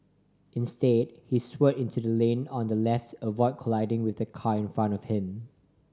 instead he swerved into the lane on the left avoid colliding with the car in front of him